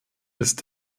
ist